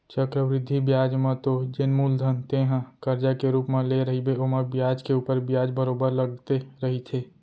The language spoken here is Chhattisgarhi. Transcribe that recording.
चक्रबृद्धि बियाज म तो जेन मूलधन तेंहा करजा के रुप म लेय रहिबे ओमा बियाज के ऊपर बियाज बरोबर लगते रहिथे